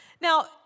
Now